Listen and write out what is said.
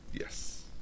yes